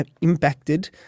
impacted